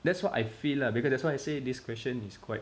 that's what I feel lah because that's why I say this question is quite